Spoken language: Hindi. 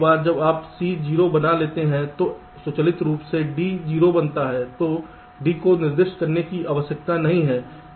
एक बार जब आप C 0 बना लेते हैं जो स्वचालित रूप से D 0 बनाता है तो D को निर्दिष्ट करने की आवश्यकता नहीं है